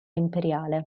imperiale